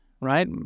right